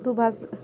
تو بس